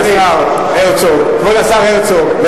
כבוד השר הרצוג.